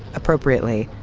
appropriately,